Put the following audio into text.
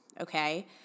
Okay